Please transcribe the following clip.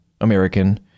American